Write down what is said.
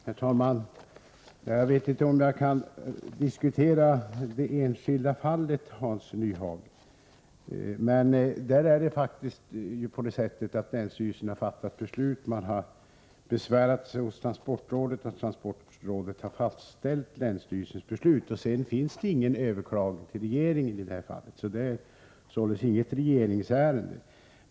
Herr talman! Jag vet inte om jag kan diskutera det enskilda fallet, Hans Nyhage. Jag vill dock säga att länsstyrelsen har fattat ett beslut, mot vilket man har besvärat sig hos transportrådet. Transportrådet har sedan fastställt länsstyrelsens beslut, och ärendet har därefter icke överklagats till regeringen. Det är således inte fråga om något regeringsärende.